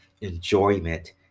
enjoyment